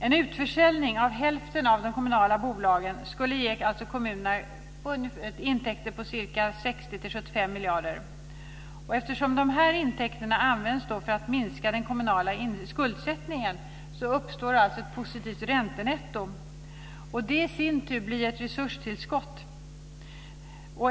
En utförsäljning av hälften av de kommunala bolagen skulle ge kommunerna intäkter på 60-75 miljarder. Eftersom dessa intäkter ska användas för att minska den kommunala skuldsättningen uppstår alltså ett positivt räntenetto, och det i sin tur blir ett resurstillskott.